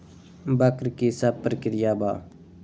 वक्र कि शव प्रकिया वा?